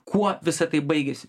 kuo visa tai baigėsi